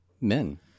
men